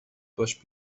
باش